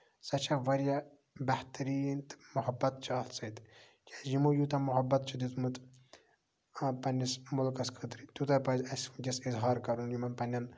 سۄ چھےٚ واریاہ بہتٔریٖن تہٕ مُحبت چھُ اَتھ سۭتۍ کیازِ یِمَو یوٗتاہ مُحبت چھُ دیُتمُت آ پَنٕنِس مُلکَس خٲطرٕ تیوٗتاہ پَزِ اَسہِ ؤنکیٚس اِظہار کرُن یِمن پنٕنٮ۪ن